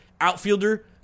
outfielder